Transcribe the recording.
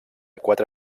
quatre